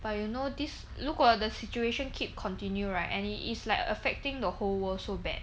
but you know this 如果 the situation keep continue right and it is like affecting the whole world so bad